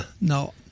no